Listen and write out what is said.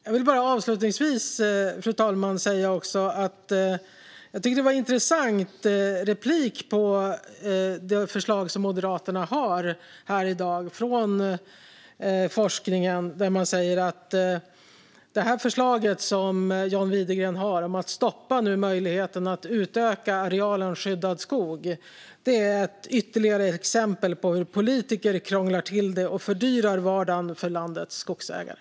Jag vill avslutningsvis säga att det var en intressant replik från forskningen på det förslag som Moderaterna har här i dag. Man säger att det förslag som John Widegren har om att nu stoppa möjligheten att utöka arealen skyddad skog är ytterligare ett exempel på hur politiker krånglar till det och fördyrar vardagen för landets skogsägare.